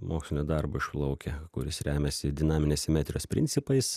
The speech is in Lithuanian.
mokslinio darbo išplaukia kuris remiasi dinaminės simetrijos principais